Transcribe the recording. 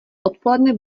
odpoledne